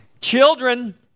Children